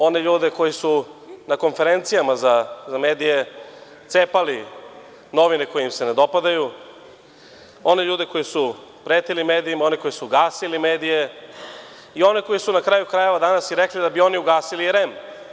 One ljude koje su na konferencijama za medije, cepali novine koje im se ne dopadaju, one ljude koji su pretili medijima, oni koji su gasili medije i one koji su na kraju krajeva danas i rekli da bi oni ugasili REM.